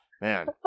man